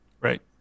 Right